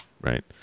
right